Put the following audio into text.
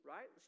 Right